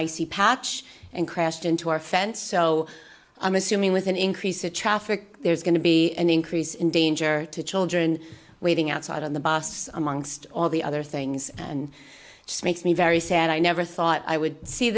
icy patch and crashed into our fence so i'm assuming with an increase in traffic there's going to be an increase in danger to children waiting outside on the bus amongst all the other things and makes me very sad i never thought i would see